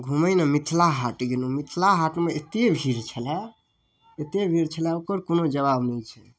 घुमैलए मिथिला हाट गेलहुँ मिथिला हाटमे एतेक भीड़ छलै एतेक भीड़ छलै ओकर कोनो जवाब नहि छै